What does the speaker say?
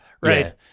right